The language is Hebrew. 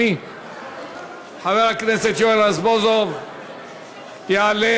חבר הכנסת יואל רזבוזוב יעלה.